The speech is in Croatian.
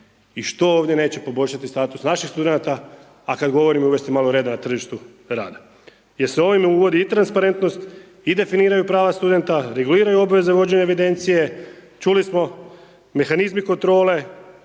i što ovdje neće poboljšati status naših studenata, a kada govorim uvesti malo reda na tržištu rada. Jer se ovime uvodi i transparentnost i definiraju prava studenta, reguliraju obveze vođenja evidencije, čuli smo mehanizmi kontrole,